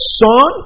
son